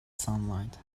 sunlight